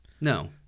No